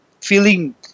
feeling